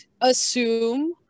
assume